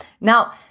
Now